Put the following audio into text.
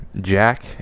Jack